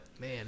man